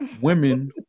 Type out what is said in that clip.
women